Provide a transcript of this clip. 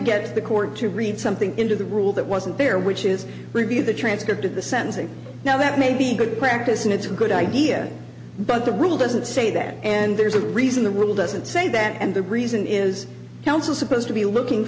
get the court to read something into the rule that wasn't there which is review the transcript of the sentencing now that may be good practice and it's a good idea but the rule doesn't say that and there's a reason the world doesn't say that and the reason is counsel supposed to be looking